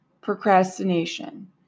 procrastination